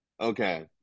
okay